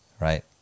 Right